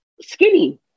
skinny